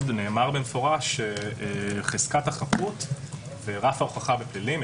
נאמר במפורש שחזקת החפות ברף ההוכחה בפלילים,